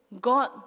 God